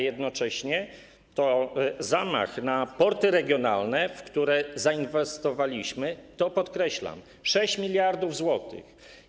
Jednocześnie to zamach na porty regionalne, w które zainwestowaliśmy - to podkreślam - 6 mld zł.